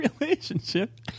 relationship